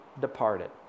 departed